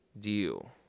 deal